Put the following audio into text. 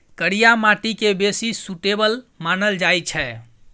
करिया माटि केँ बेसी सुटेबल मानल जाइ छै